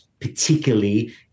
particularly